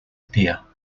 appear